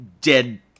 dead